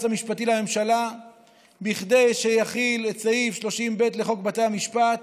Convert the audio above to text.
המשפטי לממשלה כדי שיחיל את סעיף 30(ב) לחוק בתי המשפט